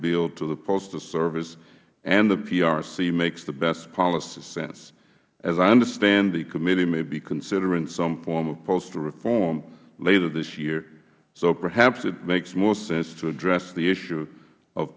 bill to the postal service and the prc makes the best policy sense as i understand it the committee may be considering some form of postal reform later this year perhaps it makes more sense to address the issue of